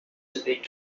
debate